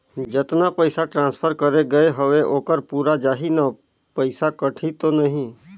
जतना पइसा ट्रांसफर करे गये हवे ओकर पूरा जाही न पइसा कटही तो नहीं?